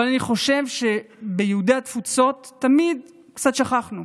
אבל אני חושב שאת יהודי התפוצות תמיד קצת שכחנו.